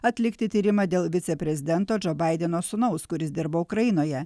atlikti tyrimą dėl viceprezidento džo baideno sūnaus kuris dirbo ukrainoje